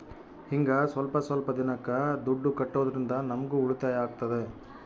ಹಿಂಗ ಸ್ವಲ್ಪ ಸ್ವಲ್ಪ ದಿನಕ್ಕ ದುಡ್ಡು ಕಟ್ಟೋದ್ರಿಂದ ನಮ್ಗೂ ಉಳಿತಾಯ ಆಗ್ತದೆ